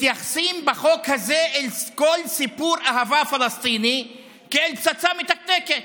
מתייחסים בחוק הזה אל כל סיפור אהבה פלסטיני כאל פצצה מתקתקת.